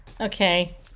okay